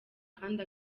kandi